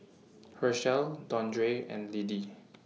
Hershell Dondre and Liddie